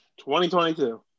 2022